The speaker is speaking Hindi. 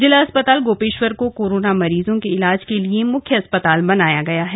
जिला अस्पताल गोपेश्वर को कोरोना मरीजों के इलाज के लिए मुख्य अस्पताल बनाया गया है